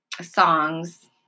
songs